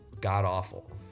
god-awful